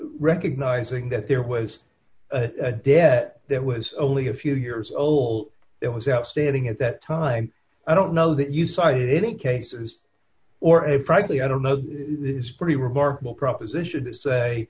recognizing that there was a debt that was only a few years old it was outstanding at that time i don't know that you cite any cases or a frankly i don't know is pretty remarkable proposition to say